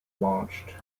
launched